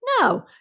No